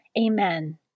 Amen